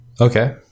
Okay